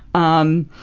um.